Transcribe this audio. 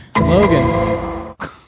Logan